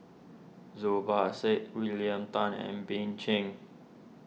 Zubir Said William Tan and Bill Chen